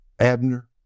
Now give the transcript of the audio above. Abner